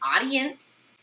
audience